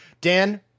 dan